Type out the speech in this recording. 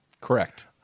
Correct